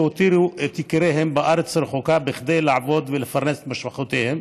שהותירו את יקיריהם בארץ רחוקה כדי לעבוד ולפרנס את משפחותיהם,